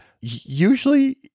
usually